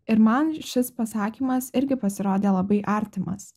ir man šis pasakymas irgi pasirodė labai artimas